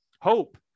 hope